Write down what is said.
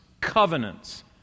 covenants